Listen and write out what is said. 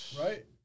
Right